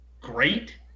Great